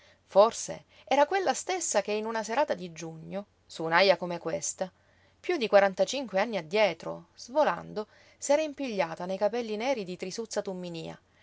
forse era quella stessa che in una serata di giugno su un'aja come questa piú di quarantacinque anni addietro svolando s'era impigliata nei capelli neri di trisuzza tumminía